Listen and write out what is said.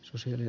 susille